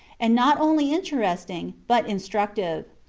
and not only interesting but instructive.